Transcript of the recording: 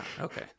Okay